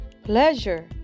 Pleasure